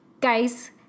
guys